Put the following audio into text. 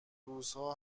روزها